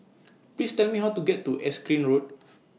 Please Tell Me How to get to Erskine Road